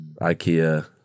ikea